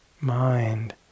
mind